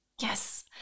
Yes